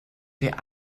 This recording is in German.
der